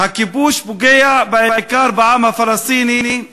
הכיבוש פוגע בעיקר בעם הפלסטיני,